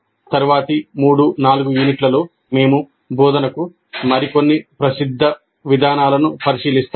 తరువాతి 3 4 యూనిట్లలో మేము బోధనకు మరికొన్ని ప్రసిద్ధ విధానాలను పరిశీలిస్తాము